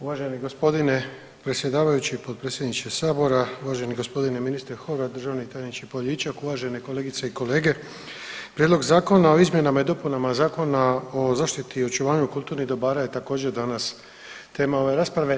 Uvaženi gospodine predsjedavajući i potpredsjedniče sabora, uvaženi gospodine ministre Horvat, državni tajniče Poljičak, uvažene kolegice i kolege, Prijedlog Zakona o izmjenama i dopunama Zakona o zaštiti i očuvanju kulturnih dobara je također danas tema ove rasprave.